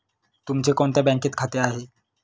तुमचे कोणत्या बँकेत खाते आहे?